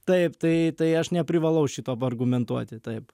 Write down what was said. taip tai tai aš neprivalau šito argumentuoti taip